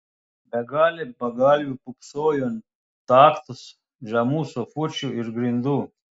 begalė pagalvių pūpsojo ant tachtos žemų sofučių ir grindų